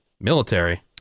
Military